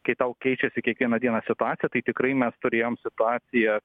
kai tau keičiasi kiekvieną dieną situacija tai tikrai mes turėjom situaciją